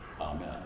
Amen